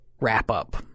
wrap-up